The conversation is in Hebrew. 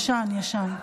ישן, ישן.